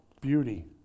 beauty